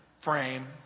frame